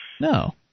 No